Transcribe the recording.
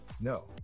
no